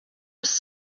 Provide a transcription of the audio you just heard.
was